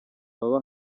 baba